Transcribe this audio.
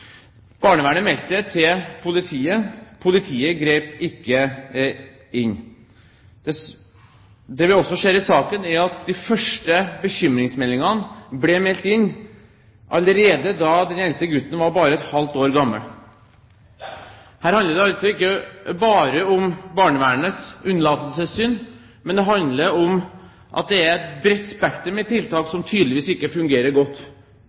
Barnevernet meldte det til politiet, men politiet grep ikke inn. Det vi også ser i saken, er at de første bekymringsmeldingene ble meldt inn allerede da den eldste gutten var bare et halvt år gammel. Her handler det altså ikke bare om barnevernets unnlatelsessynd, men det handler om at det er et bredt spekter med tiltak som tydeligvis ikke fungerer godt